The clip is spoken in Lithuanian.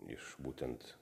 iš būtent